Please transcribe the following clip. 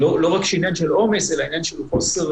זה לא רק עניין של עומס אלא גם של חוסר